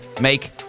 make